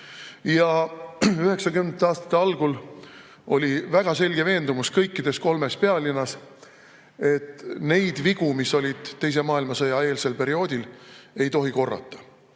Ja 1990. aastate algul oli väga selge veendumus kõigis kolmes pealinnas, et neid vigu, mis olid teise maailmasõja eelsel perioodil, ei tohi korrata